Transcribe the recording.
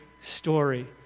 story